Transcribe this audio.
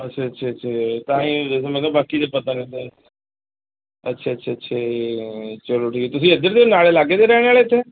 ਅੱਛਾ ਅੱਛਾ ਅੱਛਾ ਜੀ ਤਾਂ ਹੀ ਬਾਕੀ ਤਾਂ ਪਤਾ ਰਹਿੰਦਾ ਅੱਛਾ ਅੱਛਾ ਅੱਛਾ ਜੀ ਚਲੋ ਠੀਕ ਹੈ ਜੀ ਤੁਸੀਂ ਇੱਧਰ ਦੇ ਨਾਲ਼ੇ ਲਾਗੇ ਦੇ ਰਹਿਣ ਵਾਲੇ ਇੱਥੇ